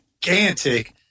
gigantic